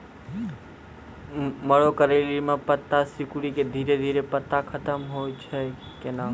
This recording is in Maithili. मरो करैली म पत्ता सिकुड़ी के धीरे धीरे पत्ता खत्म होय छै कैनै?